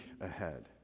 ahead